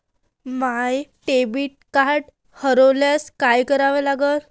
माय debit card हरोल्यास काय करा लागन?